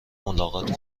ملاقات